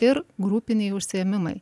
ir grupiniai užsiėmimai